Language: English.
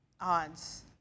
odds